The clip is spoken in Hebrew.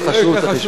צריך לשמור.